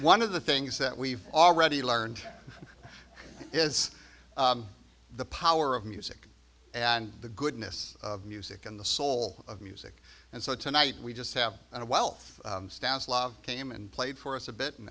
one of the things that we've already learned it is the power of music and the goodness of music and the soul of music and so tonight we just have a wealth of stanislav came and played for us a bit and